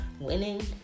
winning